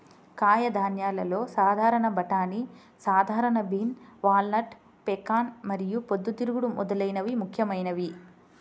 కాయధాన్యాలలో సాధారణ బఠానీ, సాధారణ బీన్, వాల్నట్, పెకాన్ మరియు పొద్దుతిరుగుడు మొదలైనవి ముఖ్యమైనవి